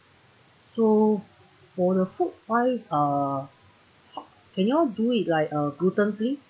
so for the food wise uh can y'all do it like uh gluten free